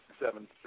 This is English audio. seven